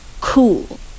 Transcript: cool